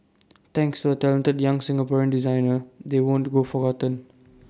thanks to A talented young Singaporean designer they won't go forgotten